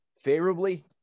favorably